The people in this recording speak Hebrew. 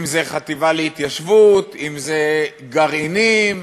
אם החטיבה להתיישבות, אם גרעינים,